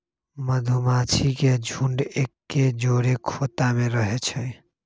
मधूमाछि के झुंड एके जौरे ख़ोता में रहै छइ